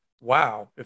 wow